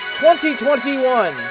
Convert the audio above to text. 2021